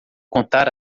contar